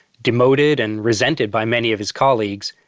demoted and resented by many of his colleagues,